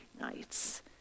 nights